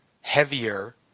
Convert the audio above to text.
heavier